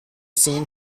seen